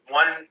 one